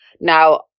Now